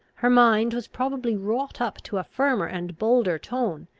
her mind was probably wrought up to a firmer and bolder tone,